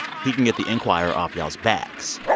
he can get the enquirer off y'all's backs.